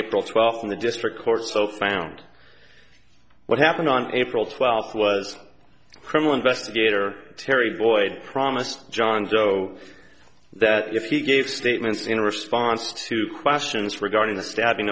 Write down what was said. april twelfth in the district court so found what happened on april twelfth was criminal investigator terry boyd promised jonjo that if he gave statements in response to questions regarding the stabbing